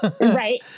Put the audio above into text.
right